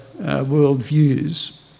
worldviews